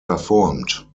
verformt